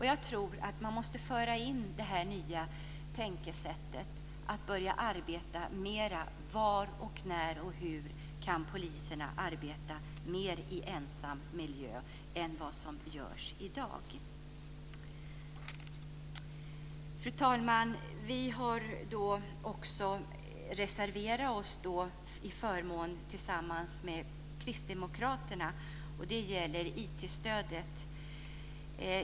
Jag tror att man måste föra in detta nya tänkesätt att börja arbeta mer efter var, när och hur poliserna kan arbeta mer i ensam miljö än vad de gör i dag. Fru talman! Vi har reserverat oss tillsammans med kristdemokraterna när det gäller IT-stödet.